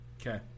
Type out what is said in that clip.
Okay